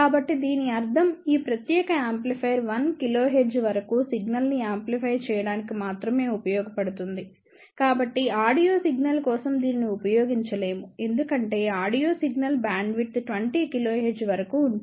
కాబట్టి దీని అర్థం ఈ ప్రత్యేక యాంప్లిఫైయర్ 1 kHz వరకు సిగ్నల్ను యాంప్లిఫై చేయడానికి మాత్రమే ఉపయోగపడుతుంది కాబట్టి ఆడియో సిగ్నల్ కోసం దీనిని ఉపయోగించలేము ఎందుకంటే ఆడియో సిగ్నల్ బ్యాండ్విడ్త్ 20 kHz వరకు ఉంటుంది